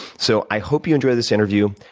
so i hope you enjoy this interview.